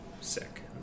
sick